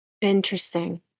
Interesting